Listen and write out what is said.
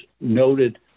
noted